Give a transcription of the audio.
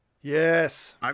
Yes